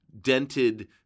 dented